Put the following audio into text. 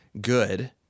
good